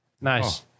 Nice